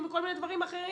אם כל מיני דברים אחרים.